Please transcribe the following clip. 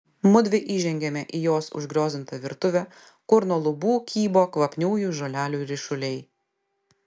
mudvi įžengiame į jos užgriozdintą virtuvę kur nuo lubų kybo kvapniųjų žolelių ryšuliai